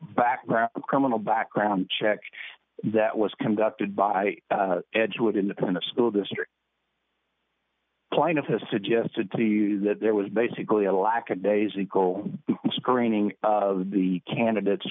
background of criminal background check that was conducted by edgewood independent school district plaintiff has suggested to you that there was basically a lackadaisical screening of the candidates